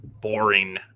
boring